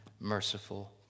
merciful